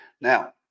Now